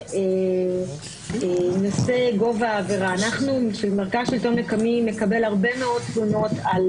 לגבי נושא גובה העבירה: המרכז לשלטון מקומי מקבל הרבה מאוד תלונות על